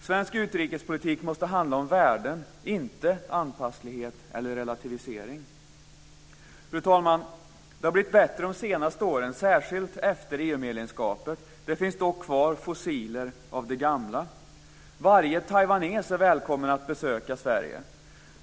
Svensk utrikespolitik måste handla om värden, inte anpasslighet eller relativisering. Fru talman! Det har blivit bättre de senaste åren, särskilt efter EU-medlemskapet. Det finns dock kvar fossil av det gamla. Varje taiwanes är välkommen att besöka Sverige.